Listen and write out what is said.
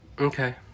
okay